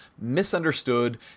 misunderstood